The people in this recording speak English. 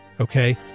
Okay